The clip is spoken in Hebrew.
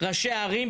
ראשי ערים,